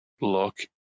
look